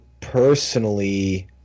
personally